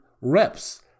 reps